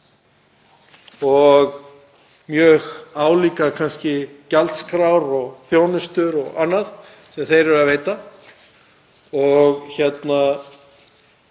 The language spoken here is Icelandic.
og mjög álíka gjaldskrár og þjónustu og annað sem þeir eru að veita. Og það